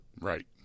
Right